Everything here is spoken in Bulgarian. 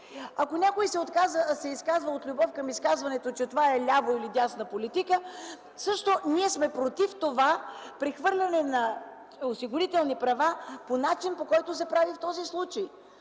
тон. Някой се изказва от любов към изказването, че това е лява или дясна политика, всъщност ние сме против прехвърлянето на осигурителни права по начина, по който се прави в този случай.